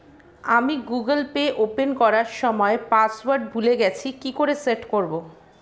আমি Google Pay open করার সময় পাসওয়ার্ড ভুলে গেছি কি করে সেট করব?